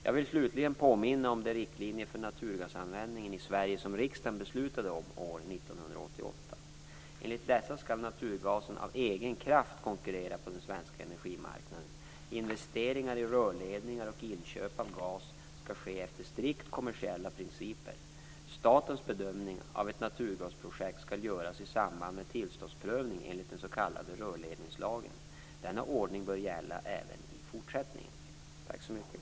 Jag vill slutligen påminna om de riktlinjer för naturgasanvändningen i Sverige som riksdagen beslutade om år 1988. Enligt dessa skall naturgasen av egen kraft konkurrera på den svenska energimarknaden. Investeringar i rörledningar och inköp av gas skall ske efter strikt kommersiella principer. Statens bedömning av ett naturgasprojekt skall göras i samband med tillståndsprövningen enligt den s.k. rörledningslagen. Denna ordning bör gälla även i fortsättningen.